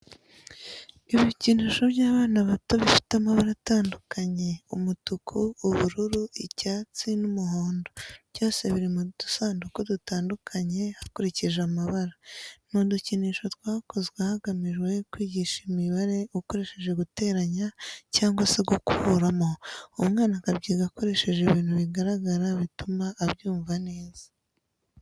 Ibikinisho by'abana bato bifite amabara atandukanye umutuku, ubururu, icyatsi n'umuhondo byose biri mu dusanduku dutandukanye hakurikije amabara. Ni udukinisho twakozwe hagamijwe kwigisha imibare ukoresheje guteranya cyangwa se gukuramo umwana akabyiga akoresheje ibintu bigaragara bituma abyumva neza.